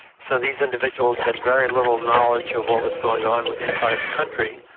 so these individuals had very little knowledge of what was going on inside the country.